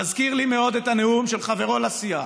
זה מזכיר לי מאוד את הנאום של חברו לסיעה,